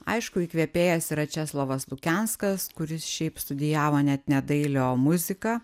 aišku įkvėpėjas yra česlovas lukenskas kuris šiaip studijavo net ne dailę o muziką